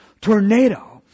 tornado